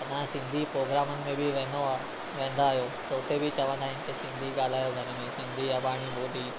त तव्हां सिंधी प्रोग्रामनि में बि वेंदव वेंदा आहियो त उते बि चवंदा आहिनि की सिंधी ॻाल्हायो घर में सिंधी अबाणी ॿोली